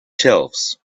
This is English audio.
shelves